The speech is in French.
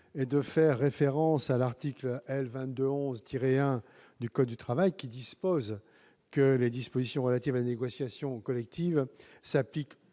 à faire référence à l'article L. 2211-1 du code du travail, qui prévoit que les dispositions relatives à la négociation collective s'appliquent